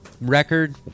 record